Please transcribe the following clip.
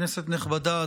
כנסת נכבדה,